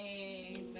Amen